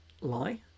lie